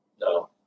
no